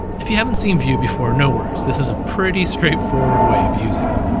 if you haven't seen view before, no worries. this is a pretty straightforward way of using it.